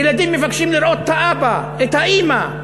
ילדים מבקשים לראות את האבא, את האימא,